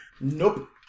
Nope